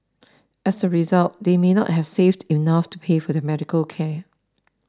as a result they may not have saved enough to pay for their medical care